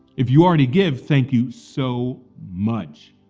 if you already give thank you so much.